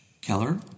Keller